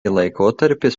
laikotarpis